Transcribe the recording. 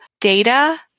data